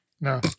No